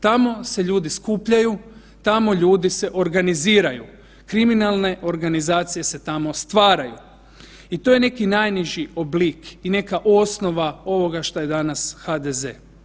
Tamo se ljudi skupljaju, tamo ljudi se organiziraju, kriminalne organizacije se tamo stvaraju i to je neki najniži oblik i neka osnova ovog što je danas HDZ.